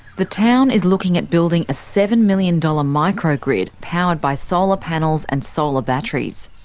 the town is looking at building a seven million dollars micro-grid powered by solar panels and solar batteries.